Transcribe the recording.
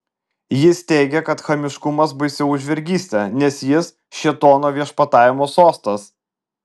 jis teigė kad chamiškumas baisiau už vergystę nes jis šėtono viešpatavimo sostas